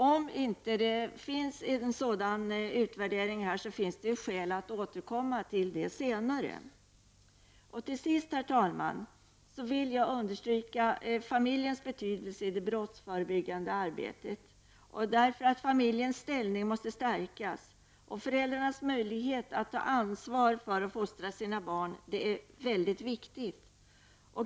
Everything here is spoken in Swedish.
Om inte så sker finns det skäl att återkomma till detta senare. Herr talman! Till sist vill jag understryka familjens betydelse i det brottsförebyggande arbetet. Familjens ställning måste stärkas. Föräldrarnas möjlighet att ta ansvar för och fostra sina barn är viktig.